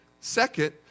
Second